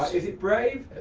is it brave?